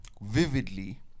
vividly